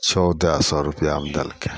चौदह सओ रुपैआमे देलकै